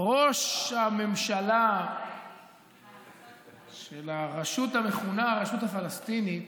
ראש הממשלה של הרשות המכונה הרשות הפלסטינית